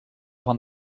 van